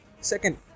Second